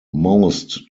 most